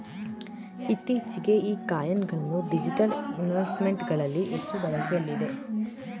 ಇತ್ತೀಚೆಗೆ ಈ ಕಾಯಿನ್ ಗಳನ್ನ ಡಿಜಿಟಲ್ ಇನ್ವೆಸ್ಟ್ಮೆಂಟ್ ನಲ್ಲಿ ಹೆಚ್ಚು ಬಳಕೆಯಲ್ಲಿದೆ